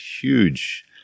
huge